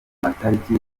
matariki